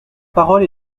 parole